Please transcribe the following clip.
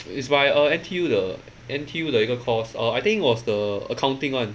it's by uh N_T_U 的 N_T_U 的一个 course err I think it was the accounting one